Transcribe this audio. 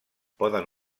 poden